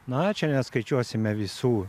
na čia neskaičiuosime visų